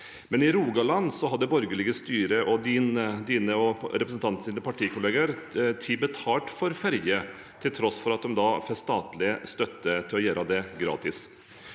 Men i Rogaland har det borgerlige styret og representanten Kapurs partikollegaer tatt betalt for ferje, til tross for at en får statlig støtte til å gjøre det gratis.